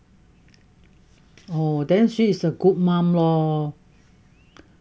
oh then she is a good mum lor